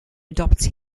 adopts